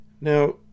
Now